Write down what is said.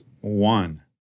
one